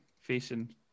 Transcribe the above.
facing